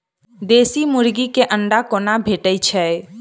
देसी मुर्गी केँ अंडा कोना भेटय छै?